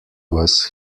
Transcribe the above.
was